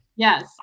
Yes